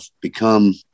become